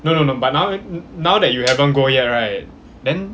no no no but now now that you haven't go yet right then